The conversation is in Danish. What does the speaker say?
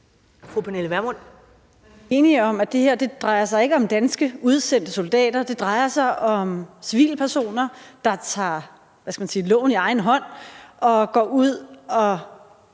Pernille Vermund (NB): Vi er enige om, at det her ikke drejer sig om danske udsendte soldater, men at det drejer sig om civile personer, der så at sige tager loven i egen hånd og går ud og